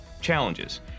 challenges